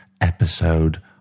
episode